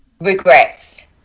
regrets